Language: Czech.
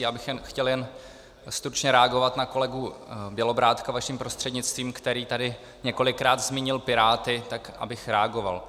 Já bych chtěl jen stručně reagovat na kolegu Bělobrádka vaším prostřednictvím, který tady několikrát zmínil Piráty, tak abych reagoval.